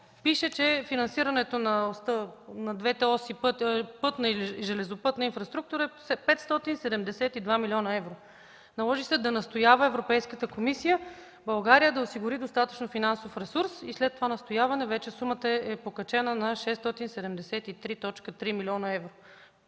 пише, че финансирането на двете оси – пътна и железопътна инфраструктура, е за 572 млн. евро. Наложи се Европейската комисия да настоява България да осигури достатъчно финансов ресурс и след това настояване сумата е покачена на 673,3 млн. евро.